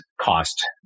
cost